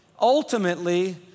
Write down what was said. ultimately